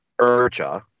Urcha